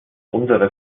unsere